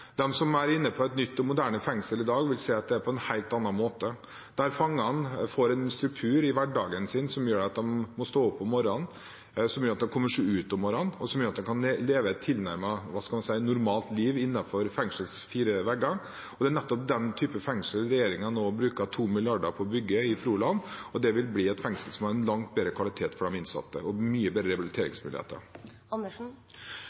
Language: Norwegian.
som er inne på et nytt og moderne fengsel i dag, vil se at det er på en helt annen måte, der fangene får en struktur i hverdagen sin som gjør at de må stå opp om morgenen, som gjør at de kommer seg ut om morgenen, og som gjør at de kan leve et tilnærmet normalt liv innenfor fengselets fire vegger. Det er nettopp den type fengsel regjeringen nå bruker 2 mrd. kr på å bygge i Froland, og det vil bli et fengsel som har en langt bedre kvalitet for de innsatte og mye bedre